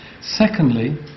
Secondly